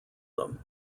them